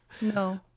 No